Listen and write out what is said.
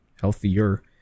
healthier